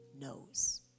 knows